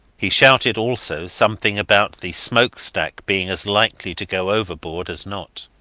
he shouted also something about the smoke-stack being as likely to go overboard as not.